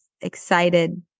excited